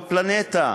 בפלנטה,